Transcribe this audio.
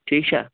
ٹھیٖک چھا